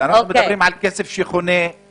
אנחנו מדברים על כסף שחונה אצל האוצר.